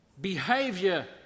behavior